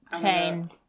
Chain